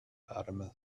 fatima